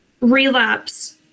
relapse